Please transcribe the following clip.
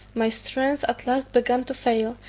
my strength at last began to fail,